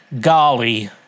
golly